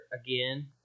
again